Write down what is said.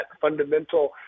fundamental